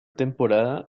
temporada